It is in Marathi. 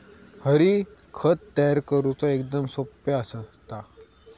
हरी, खत तयार करुचा एकदम सोप्पा असता